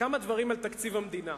כמה דברים על תקציב המדינה.